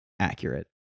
Accurate